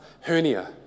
hernia